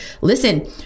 listen